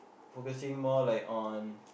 focusing more like on